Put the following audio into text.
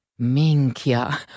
Minchia